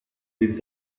den